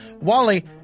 Wally